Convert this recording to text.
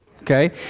okay